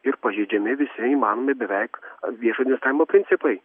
ir pažeidžiami visi įmanomi beveik viešo administravimo principai